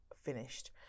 finished